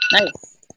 Nice